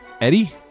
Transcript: Eddie